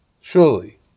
surely